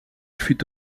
fut